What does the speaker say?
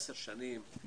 עשר שנים,